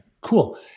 Cool